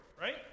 right